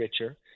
richer